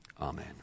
Amen